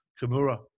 Kimura